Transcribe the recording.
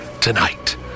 Tonight